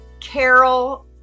carol